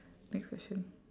next question